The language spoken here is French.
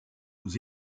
aux